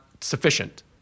sufficient